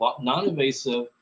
non-invasive